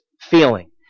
feeling